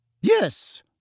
Yes